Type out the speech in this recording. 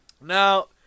Now